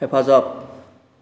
हेफाजाब